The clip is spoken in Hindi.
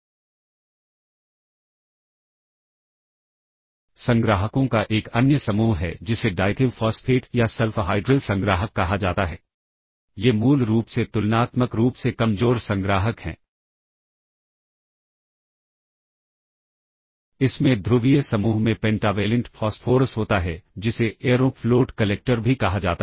क्योंकि कई बार यह तय करना मुश्किल हो जाता है की कितने पुश और पॉप होंगे और वह क्या वास्तव में संतुलन में रहेंगे या नहीं क्योंकि पुश और पॉप की अंतिम इटरेशन आमतौर पर बिना बॉडी को एग्जीक्यूट किए हुए आती है तो इन मामलों में पुश और पाप को मैच करना मुश्किल हो जाता है